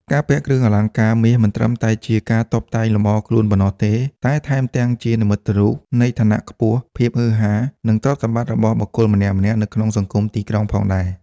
ការពាក់គ្រឿងអលង្ការមាសមិនត្រឹមតែជាការតុបតែងលម្អខ្លួនប៉ុណ្ណោះទេ តែថែមទាំងជានិមិត្តរូបនៃឋានៈខ្ពស់ ភាពហ៊ឺហា និងទ្រព្យសម្បត្តិរបស់បុគ្គលម្នាក់ៗនៅក្នុងសង្គមទីក្រុងផងដែរ។